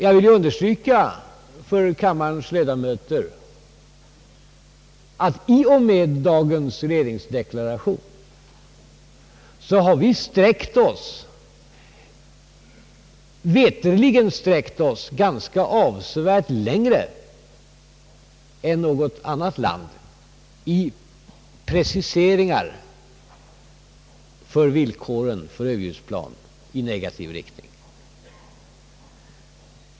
Jag vill understryka för kammarens ledamöter att vi i och med dagens regeringsdeklaration veterligen har sträckt oss avsevärt längre än något annat land 1 preciseringar beträffande villkoren för överljudsplan i negativ riktning.